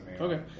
Okay